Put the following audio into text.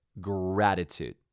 gratitude